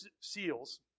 seals